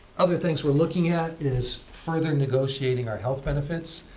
other things we're looking at is further negotiating our health benefits.